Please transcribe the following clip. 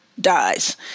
dies